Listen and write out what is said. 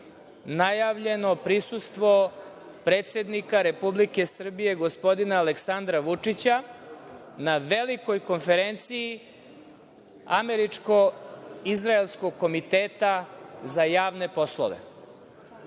najavljeno prisustvo predsednika Republike Srbije, gospodina Aleksandra Vučića na velikoj Konferenciji američko-izraelskog Komiteta za javne poslove. Želim